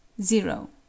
zero